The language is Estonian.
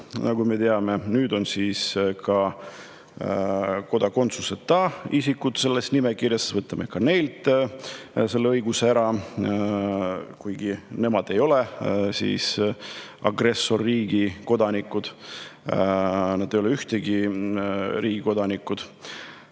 nagu me teame, ja nüüd on ka kodakondsuseta isikud selles nimekirjas. Võtame ka neilt selle õiguse ära, kuigi nemad ei ole agressorriigi kodanikud, nad ei ole ühegi riigi kodanikud.